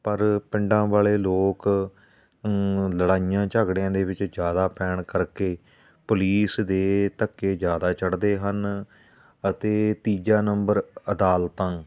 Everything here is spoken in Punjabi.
ਪਰ ਪਿੰਡਾਂ ਵਾਲੇ ਲੋਕ ਲੜਾਈਆਂ ਝਗੜਿਆਂ ਦੇ ਵਿੱਚ ਜ਼ਿਆਦਾ ਪੈਣ ਕਰਕੇ ਪੁਲਿਸ ਦੇ ਧੱਕੇ ਜ਼ਿਆਦਾ ਚੜਦੇ ਹਨ ਅਤੇ ਤੀਜਾ ਨੰਬਰ ਅਦਾਲਤਾਂ